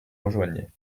rejoignait